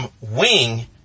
wing